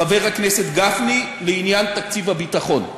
חבר הכנסת גפני, לעניין תקציב הביטחון.